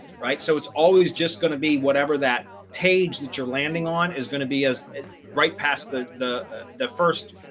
right. so it's always just going to be whatever that page that you're landing on is going to be as bright past the the first,